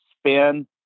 spin